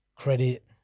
credit